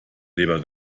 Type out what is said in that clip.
leber